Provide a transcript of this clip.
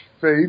faith